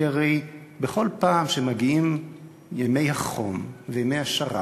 כי הרי בכל פעם שמגיעים ימי החום וימי השרב